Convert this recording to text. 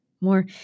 more